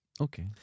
Okay